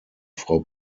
frau